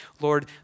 Lord